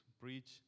preach